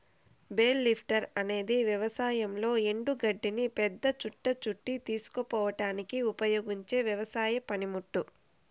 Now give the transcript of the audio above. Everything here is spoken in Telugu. బేల్ లిఫ్టర్ అనేది వ్యవసాయంలో ఎండు గడ్డిని పెద్ద చుట్ట చుట్టి తీసుకుపోవడానికి ఉపయోగించే వ్యవసాయ పనిముట్టు